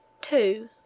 two